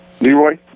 Leroy